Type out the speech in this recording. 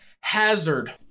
hazard